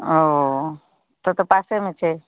ओ तब तऽ पासेमे छै